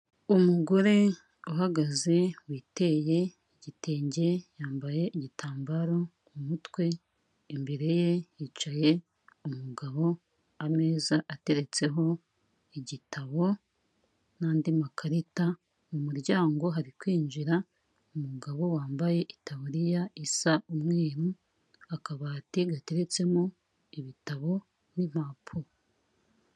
Umugore uhagaze, witeye igitenge, yambaye igitambaro mu umutwe, imbere ye hicaye umugabo, ameza ateretseho igitabo n'andi makarita mu muryango hari kwinjira umugabo wambaye itaburiya isa umweru, akabati gateretsemo ibitabo n'impapuro.